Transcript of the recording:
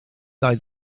dau